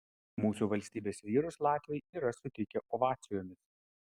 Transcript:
mūsų valstybės vyrus latviai yra sutikę ovacijomis